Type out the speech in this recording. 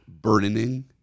burdening